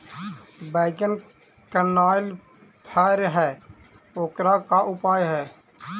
बैगन कनाइल फर है ओकर का उपाय है?